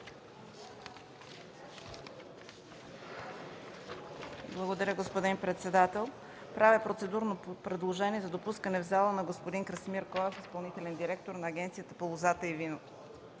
Благодаря, господин председател. Правя процедурно предложение за допускане в залата на господин Красимир Коев – изпълнителен директор на Агенцията по лозата и виното.